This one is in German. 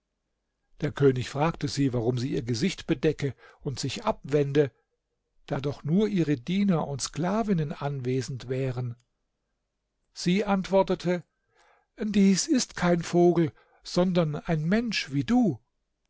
der könig fragte sie warum sie ihr gesicht bedecke und sich abwende da doch nur ihre diener und sklavinnen anwesend wären sie antwortete dies ist kein vogel sondern ein mensch wie du